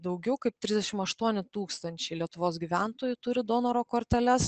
daugiau kaip trisdešim aštuoni tūkstančiai lietuvos gyventojų turi donoro korteles